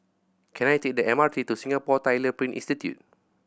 can I take the M R T to Singapore Tyler Print Institute